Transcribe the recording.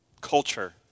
culture